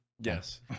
Yes